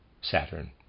Saturn